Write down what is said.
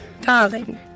darling